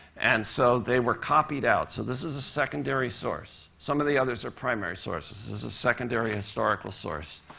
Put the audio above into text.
and so they were copied out. so this is a secondary source. some of the others are primary sources. this is a secondary historical source.